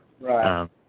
Right